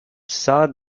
saw